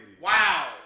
Wow